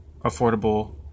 affordable